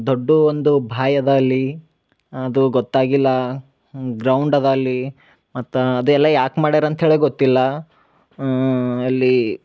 ದೊಡ್ಡು ಒಂದು ಭಾಯ್ ಅದ ಅಲ್ಲಿ ಅದು ಗೊತ್ತಾಗಿಲ್ಲ ಗ್ರೌಂಡ್ ಅದ ಅಲ್ಲಿ ಮತ್ತು ಅದು ಎಲ್ಲ ಯಾಕೆ ಮಾಡ್ಯಾರ ಅಂತ ಹೇಳೆ ಗೊತ್ತಿಲ್ಲ ಅಲ್ಲಿ